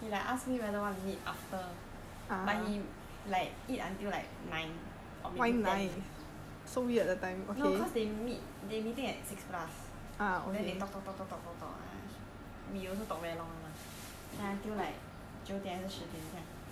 he like ask me whether want to meet after but he like eat until like nine or maybe ten no cause they meet they meeting until like six plus then they talk talk talk talk talk we also talk very long [one] mah then until like 九点还是十点这样 then